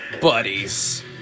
buddies